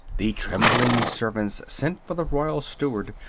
the trembling servants sent for the royal steward,